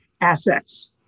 assets